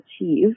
achieve